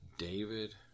david